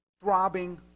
throbbing